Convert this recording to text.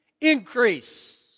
increase